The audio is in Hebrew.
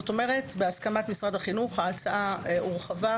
זאת אומרת שבהסכמת משרד החינוך ההצעה הורחבה